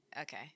okay